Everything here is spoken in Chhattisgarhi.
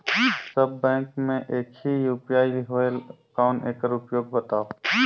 सब बैंक मे एक ही यू.पी.आई होएल कौन एकर उपयोग बताव?